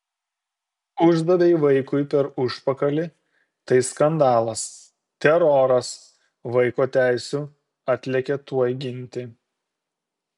uždavei vaikui per užpakalį tai skandalas teroras vaiko teisių atlėkė tuoj ginti